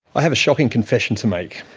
i have a shocking confession to make.